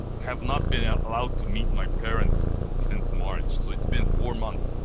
have not been allowed to meet my parents since march. so it's been four months.